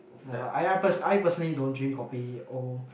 uh I ya person I personally don't drink kopi o